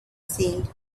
seemed